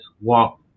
walk